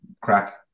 crack